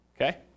okay